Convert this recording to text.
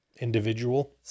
Individual